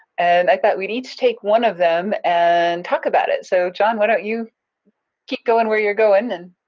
and i thought we'd each take one of them and talk about it. so, john, why don't you keep goin' where you're goin', and?